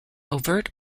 overt